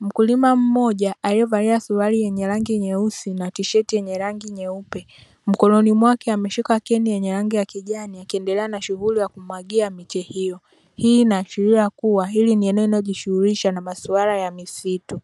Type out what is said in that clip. mkulima mmoja aliyevalia suruali yenye rangi nyeusi na tisheti yenye rangi nyeupe mkononi mwake ameshika keni yenye rangi ya kijani akiendelea na shughuli za kumwagia miche hiyo, hii inaashiria kuwa hili ni eneo linalo jishugulisha na masuala ya misitu.